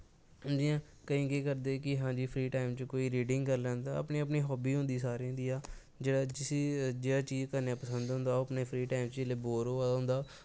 जियां केंई केह् करदे कि हां जी फ्री टाईम च कोई रीडिंग करी लैंदा अपनी अपनी हॉबी होंदी सारें दी जेह्ड़ा जिसी जेह् चीज़ पसंद होंदा अपने फ्री टाईम द ओह् जिसलै बोर होआ दा होंदा